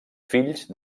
fills